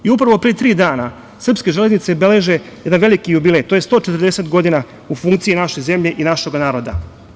I upravo pre tri dana srpske železnice beleže jedan veliki jubilej, to je 140 godina u funkciji naše zemlje i našega naroda.